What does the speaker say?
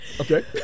Okay